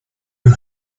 you